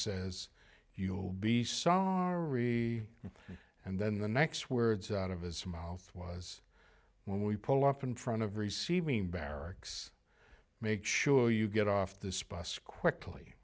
says you'll be sorry and then the next words out of his mouth was when we pull up in front of receiving barracks make sure you get off the spots quickly